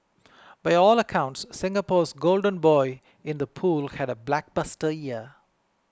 by all accounts Singapore's golden boy in the pool had a blockbuster year